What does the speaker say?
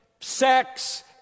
sex